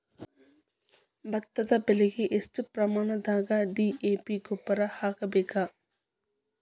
ಭತ್ತದ ಬೆಳಿಗೆ ಎಷ್ಟ ಪ್ರಮಾಣದಾಗ ಡಿ.ಎ.ಪಿ ಗೊಬ್ಬರ ಹಾಕ್ಬೇಕ?